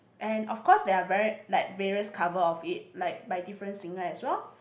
and of course there are very like various cover of it like by different singer as well